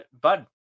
Bud